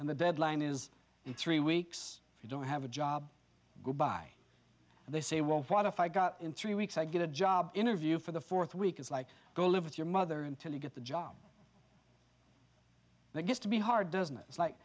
and the deadline is in three weeks if you don't have a job go by and they say well what if i got in three weeks i get a job interview for the fourth week it's like go live with your mother until you get the job that gets to be hard doesn't it it's like